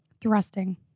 thrusting